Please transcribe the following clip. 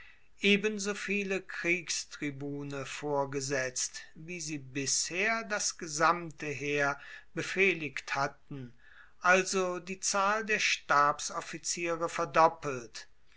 ebenso viele kriegstribune vorgesetzt wie sie bisher das gesamte heer befehligt hatten also die zahl der stabsoffiziere verdoppelt